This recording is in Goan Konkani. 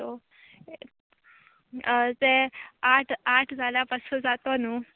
सो ते आठ आठ जाल्या पासून जातो न्हू